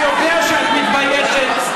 אני יודע שאת מתביישת,